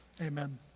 Amen